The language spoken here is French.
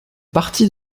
partie